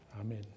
Amen